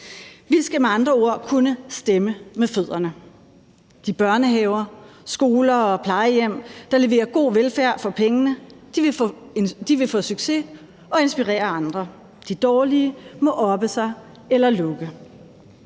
Vi skal med andre ord kunne stemme med fødderne. De børnehaver, skoler og plejehjem, der leverer god velfærd for pengene, vil få succes og inspirere andre. De dårlige må oppe sig eller lukke.